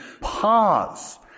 pause